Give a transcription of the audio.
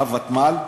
הוותמ"ל,